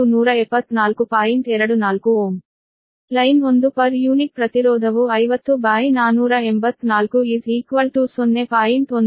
line 1 per unit ಪ್ರತಿರೋಧವು 50484 0